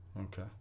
okay